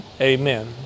Amen